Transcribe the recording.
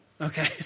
okay